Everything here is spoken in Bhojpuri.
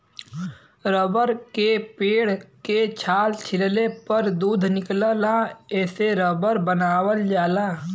रबर के पेड़ के छाल छीलले पर दूध निकलला एसे रबर बनावल जाला